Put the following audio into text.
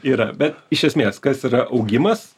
yra bet iš esmės kas yra augimas